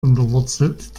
unterwurzelt